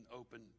open